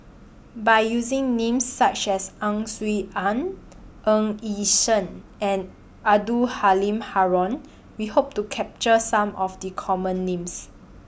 By using Names such as Ang Swee Aun Ng Yi Sheng and Abdul Halim Haron We Hope to capture Some of The Common Names